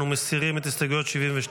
אנו מסירים את הסתייגויות 72